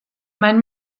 mein